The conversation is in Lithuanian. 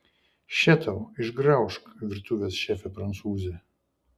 še tau išgraužk virtuvės šefe prancūze